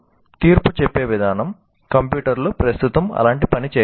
మానవులు తీర్పు చెప్పే విధానం కంప్యూటర్లు ప్రస్తుతం అలాంటి పని చేయలేవు